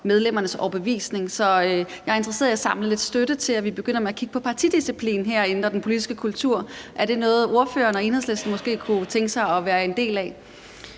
efter vores overbevisning. Så jeg er interesseret i at samle lidt støtte til, at vi begynder at kigge på partidisciplinen og den politiske kultur herinde. Er det noget, som ordføreren og Enhedslisten måske kunne tænke sig at være en del af?